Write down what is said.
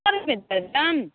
कम नहि होयतै दाम